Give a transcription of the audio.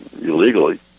illegally